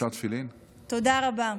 תודה רבה.